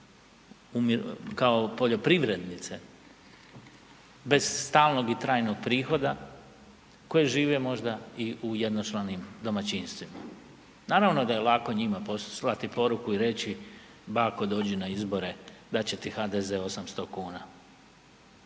kao poljoprivrednice bez stalnog i trajnog prihoda, koje žive možda i u jednočlanim domaćinstvima. Naravno da je lako njima poslati poruku i reći bako dođi na izbore dat će ti HDZ 800,00